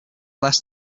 less